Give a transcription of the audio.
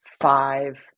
five